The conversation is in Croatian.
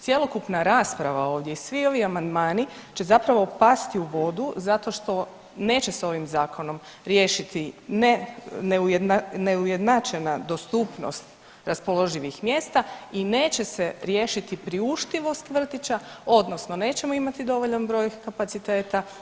Cjelokupna rasprava ovdje i svi ovi amandmani će zapravo pasti u vodu što neće sa ovim zakonom riješiti neujednačena dostupnost raspoloživih mjesta i neće se riješiti priuštivost vrtića, odnosno nećemo imati dovoljan broj kapaciteta.